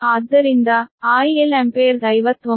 ಆದ್ದರಿಂದ IL 59